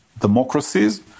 democracies